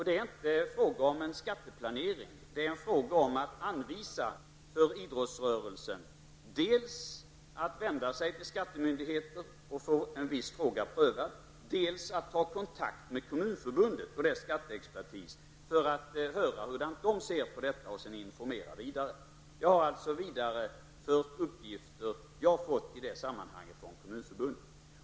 Det är inte fråga om att skatteplanera, utan det är fråga om att anvisa för idrottsrörelsen att dels vända sig till skattemyndigheten för att få en viss fråga prövad, dels ta kontakt med Kommunförbundet och dess skatteexpertis för att vidare höra hur de ser på saken och sedan informera vidare. Jag har alltså fört vidare uppgifter som jag i det sammanhanget har fått från Kommunförbundet.